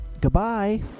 Goodbye